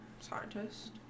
Scientist